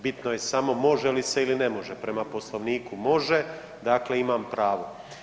Bitno je samo može li se ili ne može prema Poslovniku može, dakle, imam pravo.